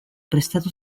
prestatu